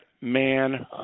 man